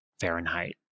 Fahrenheit